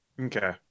Okay